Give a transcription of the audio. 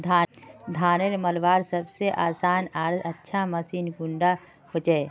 धानेर मलवार सबसे आसान आर अच्छा मशीन कुन डा होचए?